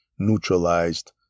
neutralized